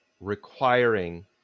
requiring